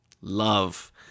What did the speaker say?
love